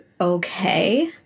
okay